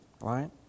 right